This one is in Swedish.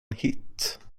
hit